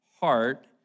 heart